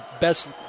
best